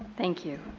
thank you.